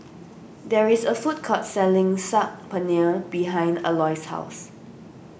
there is a food court selling Saag Paneer behind Aloys' house